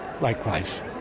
likewise